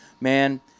Man